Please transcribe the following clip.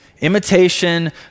Imitation